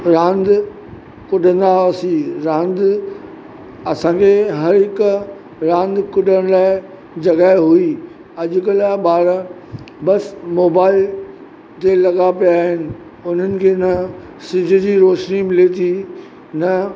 रांदि कुॾंदा हुआसीं रांदि असांखे हर हिक रांदि कुॾण लाइ जॻह हुई अॼुकल्ह जा ॿार बसि मोबाइल ते लॻा पिया आहिनि उन्हनि खे न सिजु जी रोशिनी मिले थी न